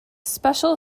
special